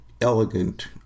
elegant